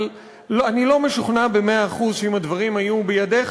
אבל אני לא משוכנע במאה אחוז שאם הדברים היו בידיך